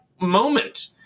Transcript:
moment